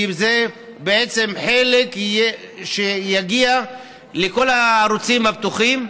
כי זה חלק שיגיע לכל הערוצים הפתוחים.